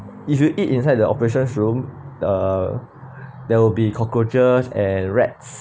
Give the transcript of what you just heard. if you eat inside the operations room uh there will be cockroaches and rats